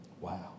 Wow